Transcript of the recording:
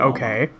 Okay